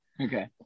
okay